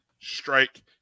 strike